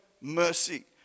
mercy